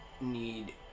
need